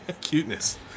cuteness